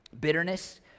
Bitterness